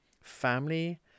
Family